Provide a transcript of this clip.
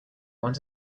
want